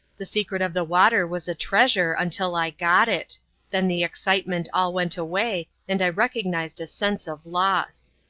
the secret of the water was a treasure until i got it then the excitement all went away, and i recognized a sense of loss.